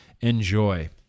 enjoy